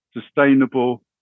sustainable